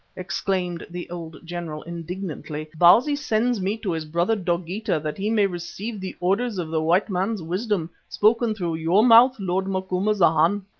exclaimed the old general, indignantly. bausi sends me to his brother dogeetah that he may receive the orders of the white man's wisdom, spoken through your mouth, lord macumazana.